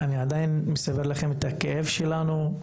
אני עדיין מספר לכם את הכאב שלנו,